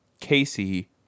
Casey